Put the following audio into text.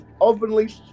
openly